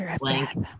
blank